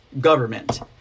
government